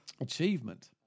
achievement